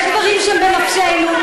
יש דברים שהם בנפשנו,